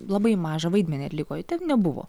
labai mažą vaidmenį atliko jo ten nebuvo